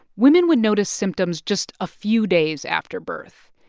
women would notice symptoms just a few days after birth.